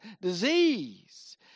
disease